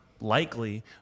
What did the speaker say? likely